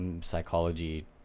psychology